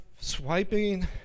swiping